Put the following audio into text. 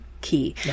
key